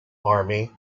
army